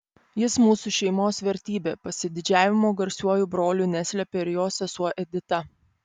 jis mūsų šeimos vertybė pasididžiavimo garsiuoju broliu neslėpė ir jo sesuo edita